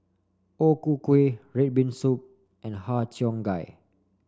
O Ku Kueh red bean soup and Har Cheong Gai